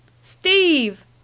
Steve